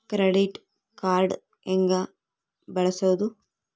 Credit card ಹೆಂಗ ಬಳಸೋದು?